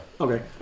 Okay